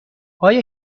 آیا